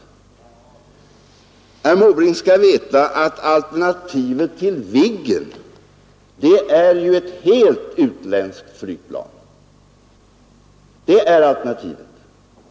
Herr Måbrink skall veta att alternativet till Viggen är ju ett helt utländskt flygplan.